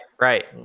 right